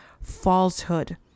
falsehood